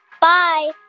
Bye